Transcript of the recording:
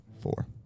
four